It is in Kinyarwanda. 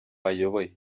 ayoboye